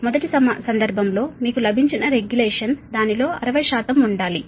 మొదటి సందర్భంలో మీకు లభించిన రెగ్యులేషన్ దానిలో 60 ఉండాలి